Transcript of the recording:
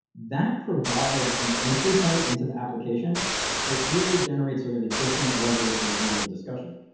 that provides an entry point into the application that really generates sort of a different level of review and discussion.